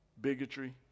bigotry